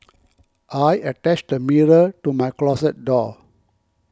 I attached a mirror to my closet door